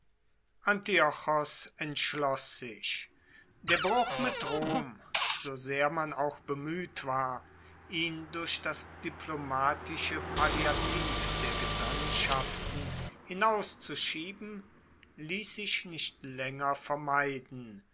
sich der bruch mit rom so sehr man auch bemueht war ihn durch das diplomatische palliativ der gesandtschaften hinauszuschieben liess sich nicht laenger vermeiden